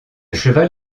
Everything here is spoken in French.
cheval